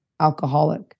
alcoholic